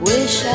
Wish